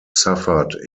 suffered